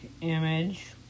image